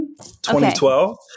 2012